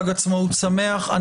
חג עצמאות שמח.